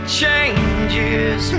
changes